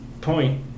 point